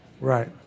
Right